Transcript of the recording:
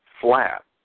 flat